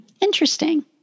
Interesting